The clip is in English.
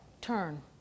turn